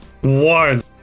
One